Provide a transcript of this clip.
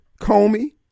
Comey